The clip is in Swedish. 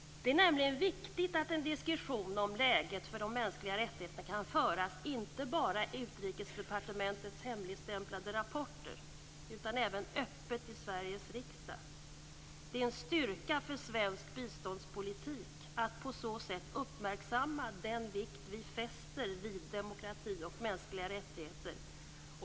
Det är nämligen viktigt att en diskussion om läget för de mänskliga rättigheterna kan föras inte bara i Utrikesdepartementets hemligstämplade rapporter utan även öppet i Sveriges riksdag. Det är en styrka för svensk biståndspolitik att på så sätt uppmärksamma den vikt vi fäster vid demokrati och mänskliga rättigheter.